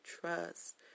trust